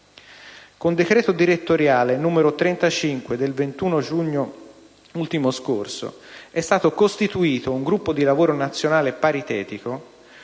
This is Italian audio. Con decreto direttoriale n. 35 del 21 giugno 2013 è stato costituito un gruppo di lavoro nazionale paritetico